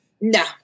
No